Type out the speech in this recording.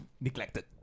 neglected